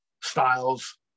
styles